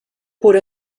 pura